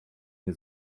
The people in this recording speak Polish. nie